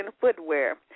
footwear